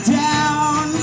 down